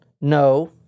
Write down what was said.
no